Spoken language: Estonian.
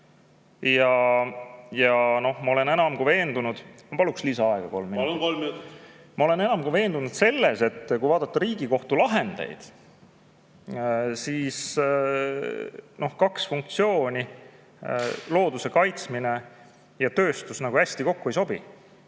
Ma olen enam kui veendunud selles, et kui vaadata Riigikohtu lahendeid, siis need kaks funktsiooni, looduse kaitsmine ja tööstus, hästi kokku ei sobi.